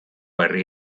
herri